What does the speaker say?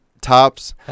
tops